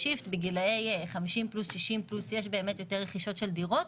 בגילאי 50 פלוס ו 60 פלוס יש יותר רכישות של דיור.